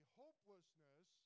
hopelessness